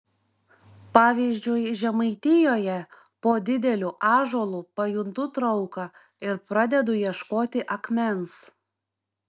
pavyzdžiui žemaitijoje po dideliu ąžuolu pajuntu trauką ir pradedu ieškoti akmens